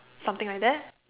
something like that